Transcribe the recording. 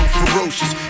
ferocious